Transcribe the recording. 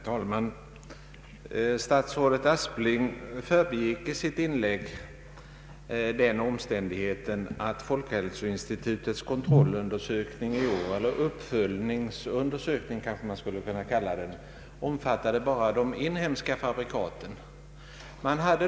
Herr talman! Statsrådet Aspling förbigick i sitt inlägg den omständigheten att folkhälsoinstitutets uppföljningsundersökning i år omfattade bara de inhemska fabrikaten.